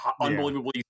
unbelievably